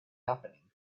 happening